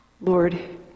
Lord